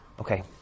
okay